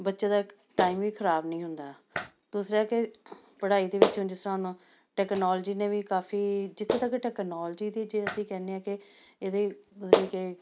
ਬੱਚੇ ਦਾ ਟਾਈਮ ਵੀ ਖ਼ਰਾਬ ਨਹੀਂ ਹੁੰਦਾ ਦੂਸਰਾ ਕਿ ਪੜ੍ਹਾਈ ਦੇ ਵਿੱਚ ਉਂਝ ਸਾਨੂੰ ਟੈਕਨੋਲਜੀ ਨੇ ਵੀ ਕਾਫੀ ਜਿੱਥੇ ਤੱਕ ਟੈਕਨੋਲਜੀ ਦੀ ਜੇ ਅਸੀਂ ਕਹਿੰਦੇ ਹਾਂ ਕਿ ਇਹਦੇ ਮਤਲਬ ਕਿ